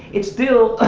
it's still